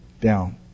Down